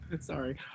Sorry